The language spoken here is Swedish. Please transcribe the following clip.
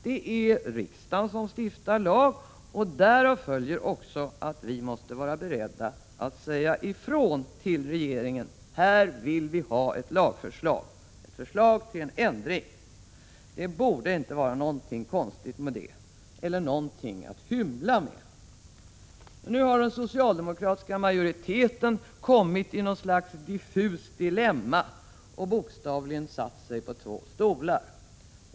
Det är riksdagen som stiftar lag, och därav följer också att vi måste vara beredda att tala om för regeringen att vi vill ha ett lagförslag om en ändring. Det borde inte vara någonting konstigt med det eller någonting att hymla med. Nu har den socialdemokratiska majoriteten hamnat i något slags diffust dilemma och bokstavligen satt sig på två stolar.